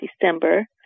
December